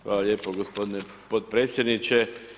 Hvala lijepo gospodine potpredsjedniče.